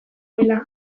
dela